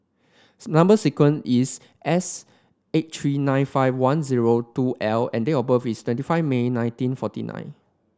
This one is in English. number sequence is S eight three nine five one zero two L and date of birth is twenty five May nineteen forty nine